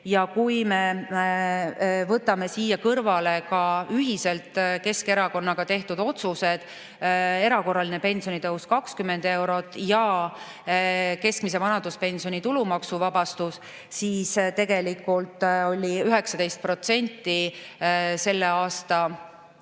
Kui me võtame siia kõrvale Keskerakonnaga ühiselt tehtud otsused – erakorraline pensionitõus 20 eurot ja keskmise vanaduspensioni tulumaksuvabastus –, siis tegelikult oli 19% selle aasta 1.